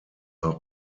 auch